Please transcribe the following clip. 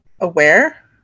aware